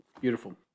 beautiful